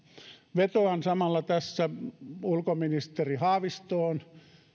vetoan samalla tässä ulkoministeri haavistoon